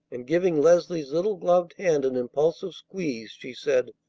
and, giving leslie's little gloved hand an impulsive squeeze, she said,